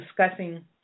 discussing